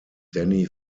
danny